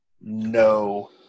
no